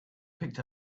picked